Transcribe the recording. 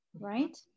right